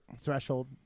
threshold